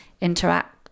interact